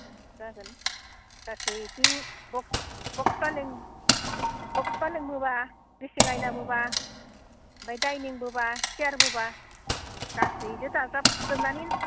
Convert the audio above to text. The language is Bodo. जागोन गासै इथिं बक्स फालें बक्स फालेंबोब्ला ड्रेसिं आइनाबोब्ला ओमफ्राय डाइनिंबोब्ला सियारबोब्ला गासैबो दाजाबजोबनानै